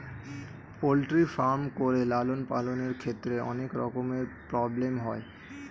poultry farm করে লালন পালনের ক্ষেত্রে অনেক রকমের প্রব্লেম হয়